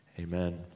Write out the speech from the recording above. Amen